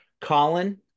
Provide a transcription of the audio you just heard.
Colin